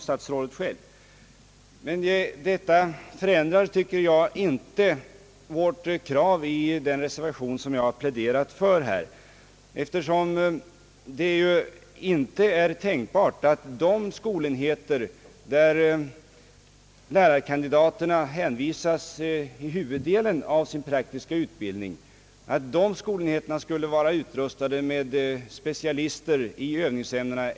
Men detta förändrar inte vårt krav i den reservation som jag här har pläderat för, eftersom det inte är tänkbart att de skolenheter, dit lärarkandidaterna hänvisas för huvuddelen av.sin praktiska utbildning, skulle vara utrustade med specialister i övningsämnena.